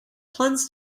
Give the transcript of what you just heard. plans